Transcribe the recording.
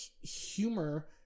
humor